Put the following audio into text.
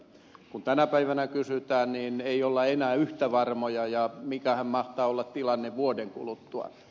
kun tänä päivänä kysytään niin ei olla enää yhtä varmoja ja mikähän mahtaa olla tilanne vuoden kuluttua